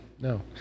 No